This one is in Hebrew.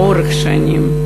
לאורך שנים.